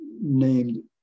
named